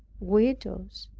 widows,